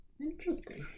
Interesting